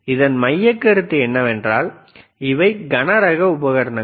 இதன் மையக்கருத்து என்னவென்றால் இவை கனரக உபகரணங்கள்